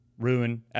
ruin